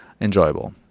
enjoyable